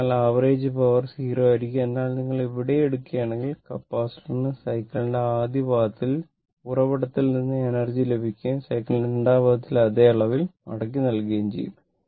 അതിനാൽ average power 0 ആയിരിക്കും എന്നാൽ നിങ്ങൾ ഇവിടെയും എടുക്കുകയാണെങ്കിൽ കപ്പാസിറ്ററിന് സൈക്കിളിന്റെ ആദ്യ പാദത്തിൽ ഉറവിടത്തിൽ നിന്ന് എനർജി ലഭിക്കുകയും സൈക്കിളിന്റെ രണ്ടാം പാദത്തിൽ അതേ അളവിൽ മടങ്ങുകയും ചെയ്യും